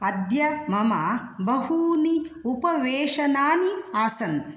अद्य मम बहूनि उपवेशनानि आसन्